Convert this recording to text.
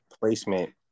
placement